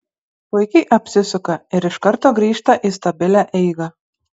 puikiai apsisuka ir iš karto grįžta į stabilią eigą